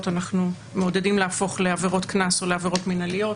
אנחנו מעודדים להפוך לעבירות קנס או לעבירות מינהליות,